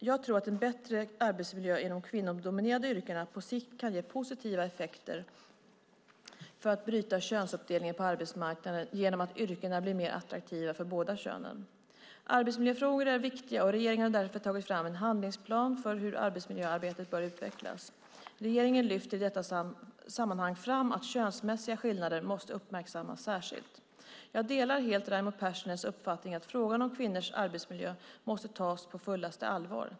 Jag tror att en bättre arbetsmiljö i de kvinnodominerade yrkena på sikt kan ge positiva effekter för att bryta könsuppdelningen på arbetsmarknaden genom att yrkena blir mer attraktiva för båda könen. Arbetsmiljöfrågor är viktiga och regeringen har därför tagit fram en handlingsplan för hur arbetsmiljöarbetet bör utvecklas. Regeringen lyfter i detta sammanhang fram att könsmässiga skillnader måste uppmärksammas särskilt. Jag delar helt Raimo Pärssinens uppfattning att frågan om kvinnors arbetsmiljö måste tas på fullaste allvar.